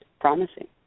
promising